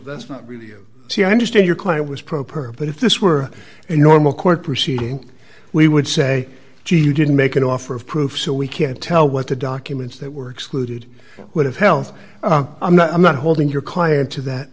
that's not really you see i understand your client was pro per but if this were a normal court proceeding we would say gee you didn't make an offer of proof so we can't tell what the documents that were excluded would have health i'm not i'm not holding your client to that